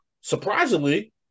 surprisingly